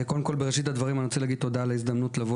בראשית הדברים אני מבקש לומר תודה על ההזדמנו לבוא